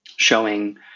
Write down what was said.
showing